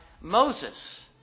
Moses